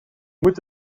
moet